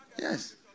Yes